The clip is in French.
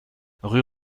rue